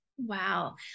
Wow